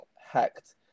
hacked